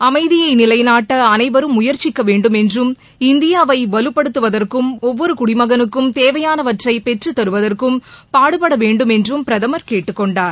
அமைதியை நிலைநாட்ட அனைவரும் முயற்சிக்க வேண்டுமென்றும் இந்தியாவை வலுப்படுத்துவதற்கும் ஒவ்வொரு குடிமகனுக்கும் தேவையானவற்றை பெற்றுத்தருவதற்கும் பாடுபட வேண்டுமென்றும் பிரதமர் கேட்டுக் கொண்டார்